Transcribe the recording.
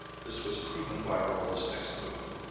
this was proven by rolla's next move.